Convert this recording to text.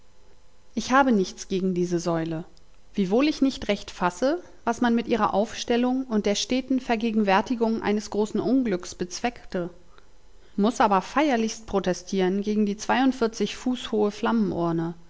ich habe nichts gegen diese säule wiewohl ich nicht recht fasse was man mit ihrer aufstellung und der steten vergegenwärtigung eines großen unglücks bezweckte muß aber feierlichst protestieren gegen die zweiundvierzig fuß hohe flammenurne